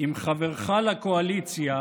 אם חברך לקואליציה